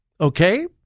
Okay